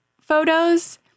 photos